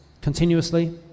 Continuously